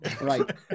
Right